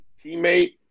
teammate